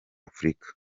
africa